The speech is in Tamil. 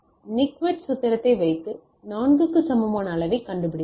நிக்விஸ்ட் சூத்திரத்தை வைத்து 4 க்கு சமமான அளவைக் கண்டு பிடித்தோம்